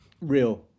Real